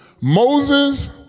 Moses